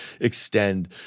extend